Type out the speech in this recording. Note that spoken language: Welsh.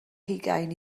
hugain